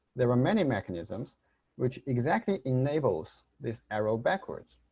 there were many mechanisms which exactly enables this arrow backwards.